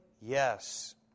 Yes